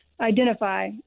identify